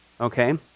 Okay